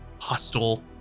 hostile